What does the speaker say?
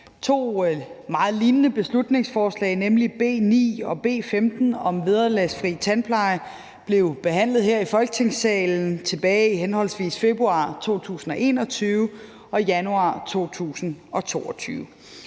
beslutningsforslag, nemlig B 9 og B 15, om vederlagsfri tandpleje blev behandlet her i Folketingssalen tilbage i henholdsvis februar 2021 og januar 2022.